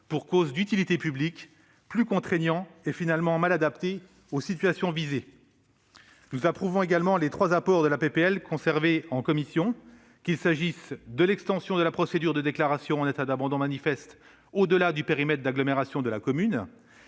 pour cause d'utilité publique, plus contraignant et finalement mal adapté aux situations visées. Nous approuvons également les trois apports de la proposition de loi conservés par la commission, qu'il s'agisse de l'extension de la procédure de déclaration en état d'abandon manifeste au-delà du périmètre d'agglomération de la commune,